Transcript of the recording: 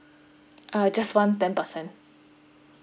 uh just one ten percent